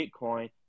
Bitcoin